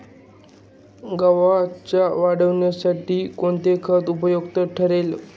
गव्हाच्या वाढीसाठी कोणते खत उपयुक्त ठरेल?